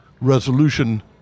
resolution